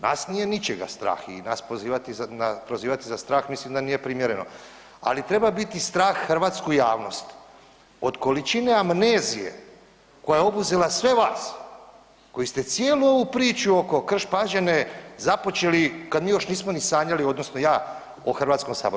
Nas nije ničega strah i nas pozivati, prozivati strah mislim da nije primjereno, ali treba biti strah hrvatsku javnost od količine amnezije koja je obuzela sve vas koji ste cijelu ovu priču oko Krš-Pađene započeli kad mi još nismo ni sanjali odnosno ja o Hrvatskom saboru.